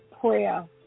prayer